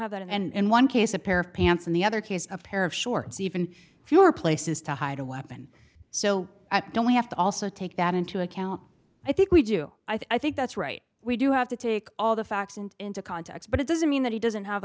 have that and one case a pair of pants and the other case a pair of shorts even fewer places to hide a weapon so i don't we have to also take that into account i think we do i think that's right we do have to take all the facts and into context but it doesn't mean that he doesn't have